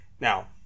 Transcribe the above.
Now